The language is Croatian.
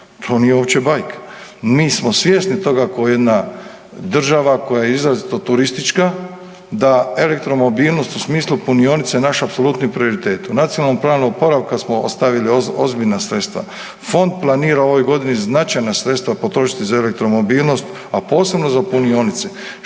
To nije uopće bajka. Mi smo svjesni toga kao jedna država koja je izrazito turistička da elektromobilnost u smislu punionice naša apsolutni prioritet. U Nacionalnom planu oporavka smo ostavili ozbiljna sredstva. Fond planira u ovoj godini značajna sredstva potrošiti za elektromobilnost, a posebno za punioce.